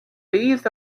leaves